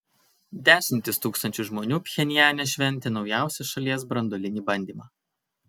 dešimtys tūkstančių žmonių pchenjane šventė naujausią šalies branduolinį bandymą